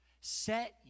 Set